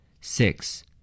Six